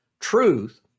truth